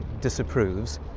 disapproves